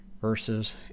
verses